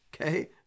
Okay